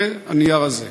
זה הנייר הזה.